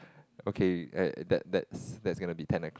okay that that's gonna be ten o-clock